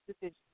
decision